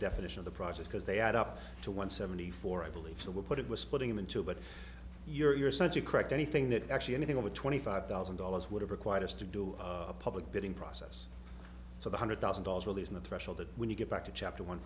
definition of the project because they add up to one seventy four i believe so we'll put it was splitting them into but you're such a correct anything that actually anything over twenty five thousand dollars would have required us to do a public bidding process so the hundred thousand dollars really isn't a threshold that when you get back to chapter one